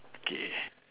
K